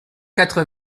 quatre